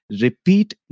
repeat